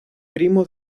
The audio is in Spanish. primo